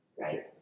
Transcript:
right